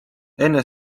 enne